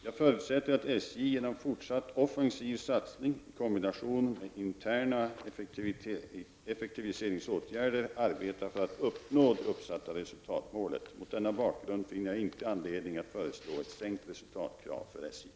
Jag förutsätter att SJ genom fortsatt offensiv satsning i kombination med interna effektiviseringsåtgärder arbetar för att uppnå det uppsatta resultatmålet. Mot denna bakgrund finner jag inte anledning att föreslå ett sänkt resultatkrav för SJ.